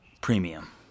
premium